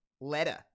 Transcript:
letter